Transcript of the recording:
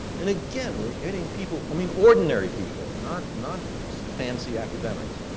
and again, we are getting people, i mean, ordinary people, not not fancy academics,